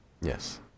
Yes